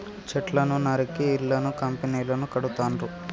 చెట్లను నరికి ఇళ్లను కంపెనీలను కడుతాండ్రు